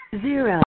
Zero